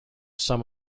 some